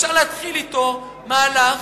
אפשר להתחיל אתו מהלך,